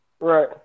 right